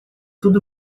tudo